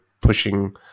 pushing